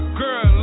girl